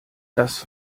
das